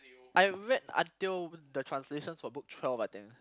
I read until the translations for book twelve I think